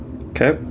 Okay